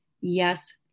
yes